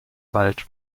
wald